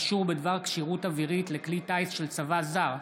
(אישור בדבר כשירות אווירית לכלי טייס של צבא זר),